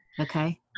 Okay